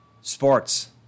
sports